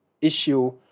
issue